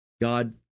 God